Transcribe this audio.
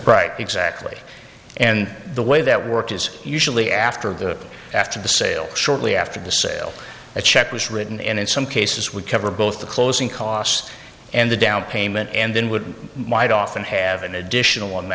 right exactly and the way that work is usually after the after the sale shortly after the sale a check was written and in some cases would cover both the closing costs and the down payment and then would might often have an additional